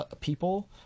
people